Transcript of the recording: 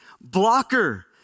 blocker